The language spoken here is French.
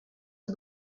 aux